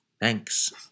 Thanks